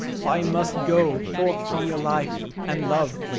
for i must go forth from your life and love,